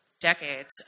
decades